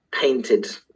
painted